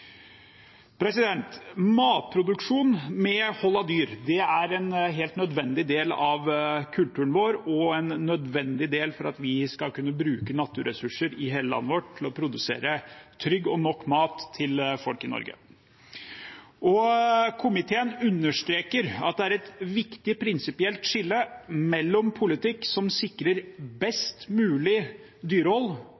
Matproduksjon med hold av dyr er en helt nødvendig del av kulturen vår og nødvendig for at vi skal kunne bruke naturressurser i hele landet vårt til å produsere trygg og nok mat til folk i Norge. Komiteen understreker at det er et viktig prinsipielt skille mellom politikk som sikrer